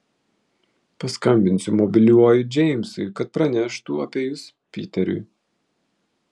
paskambinsiu mobiliuoju džeimsui kad praneštų apie jus piteriui